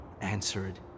answered